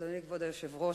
אדוני היושב-ראש,